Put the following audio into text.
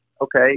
okay